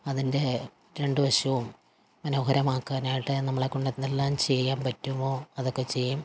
അതിൻ്റെ രണ്ട് വശവും മനോഹരമാക്കാനായിട്ട് നമ്മളെക്കൊണ്ടെന്തെല്ലാം ചെയ്യാൻ പറ്റുമോ അതൊക്കെ ചെയ്യും